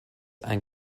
and